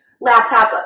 laptop